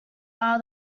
are